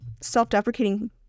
self-deprecating